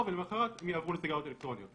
ולמחרת הם יעברו לסיגריות אלקטרוניות.